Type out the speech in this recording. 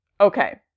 Okay